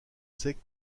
secs